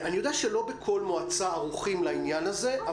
אני יודע שלא בכל מועצה ערוכים לעניין הזה,